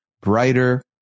brighter